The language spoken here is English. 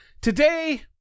Today